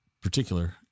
particular